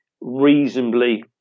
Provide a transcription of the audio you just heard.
reasonably